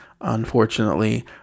Unfortunately